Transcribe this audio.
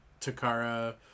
Takara